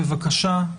בבקשה.